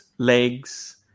legs